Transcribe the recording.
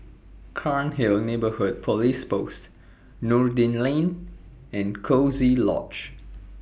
Cairnhill Neighbourhood Police Post Noordin Lane and Coziee Lodge